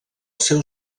seu